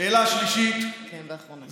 השאלה השלישית, כן, ואחרונה.